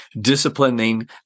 disciplining